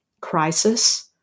crisis